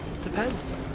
Depends